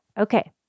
Okay